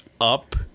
up